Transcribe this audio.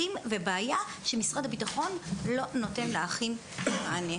הבעיה שמשרד הביטחון לא נותן לאחים מענה.